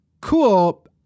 cool